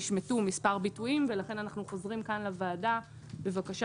נשמטו מספר ביטויים ולכן אנחנו חוזרים לוועדה בבקשה